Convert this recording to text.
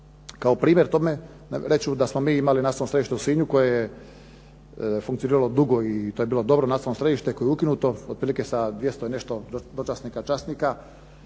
Kao primjer tome reći ću da smo mi imali na svom središtu u Sinju koje je funkcioniralo dugo i to je bilo dobro nacionalno središte koje je ukinuto, otprilike sa 200 i nešto dočasnika, časnika